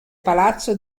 palazzo